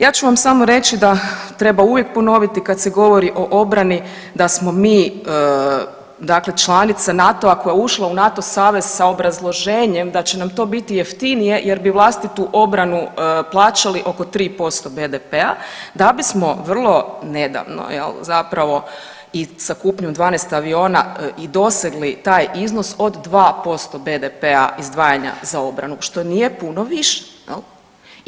Ja ću vam samo reći da treba uvijek ponoviti, kad se govori o obrani, da smo mi dakle članice NATO-a koje je ušla u NATO savez sa obrazloženjem da će nam to biti jeftinije jer bi vlastitu obranu plaćali oko 3% BDP-a, da bismo vrlo nedavno, je li, zapravo, i sa kupnjom 12 aviona i dosegli taj iznos od 2% BDP-a izdvajanja za obranu, što nije puno više, je li?